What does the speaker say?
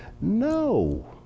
No